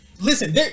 listen